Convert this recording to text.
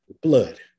blood